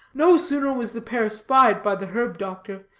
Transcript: no sooner was the pair spied by the herb-doctor,